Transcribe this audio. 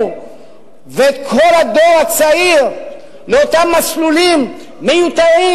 ואת כל הדור הצעיר לאותם מסלולים מיותרים.